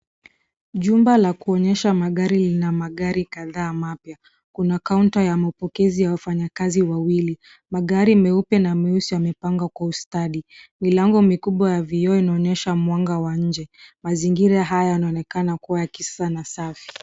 Jumba la kuonyesha magari lina magari kadhaa mapya, kuna [counter] ya mapokezi ya wafanyakazi wawili, magari meupe na meusi yamepangwa kwa ustadi, milango mikubwa ya vioo inonyesha mwanga wa nje, mazingira haya yanaonekana kuwa ya kisasa na safi.